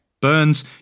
Burns